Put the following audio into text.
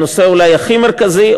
אולי הנושא הכי מרכזי,